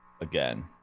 Again